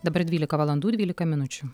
dabar dvylika valandų dvylika minučių